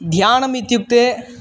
ध्यानम् इत्युक्ते